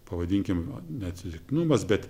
pavadinkime ne atsitiktinumas bet